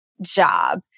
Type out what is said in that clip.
job